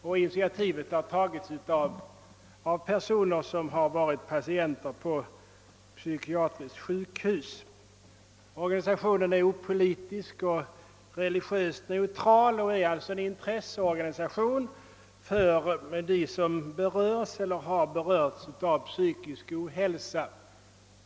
Initiativet till densamma har tagits av personer som varit patienter på psykiatriskt sjukhus, en grupp människor som tyvärr blir allt större. Organisationen är opolitisk och religiöst neutral. Den är en intresseorganisation för dem som beröres av eller har lidit av psykisk ohälsa.